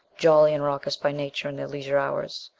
jolly and raucous by nature in their leisure hours.